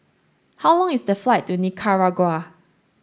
how long is the flight to Nicaragua